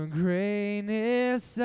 greatness